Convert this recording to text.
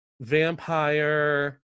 Vampire